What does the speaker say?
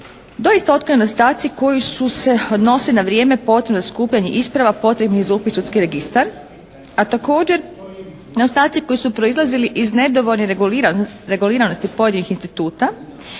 doista otklonjeni nedostaci koji su se odnosili na vrijeme potrebno da skupljanje isprava, potrebnih za upis u sudski registar, a također nedostaci koji su proizlazili iz nedovoljno reguliranosti pojedinih instituta